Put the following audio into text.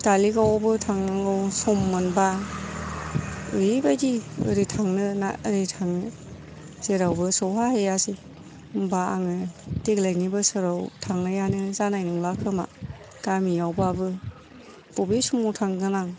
धालिगाव आवबो थांनांगौ सम मोनबा ओरैबायदि ओरै थांनो ना ओरै थांनो जेरावबो सौहा हैयासै होमबा आङो देग्लायनि बोसोराव थांनायानो जानाय नंला खोमा गामिआवबाबो बबे समाव थांगोन आं